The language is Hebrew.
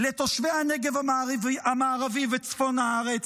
לתושבי הנגב המערבי וצפון הארץ?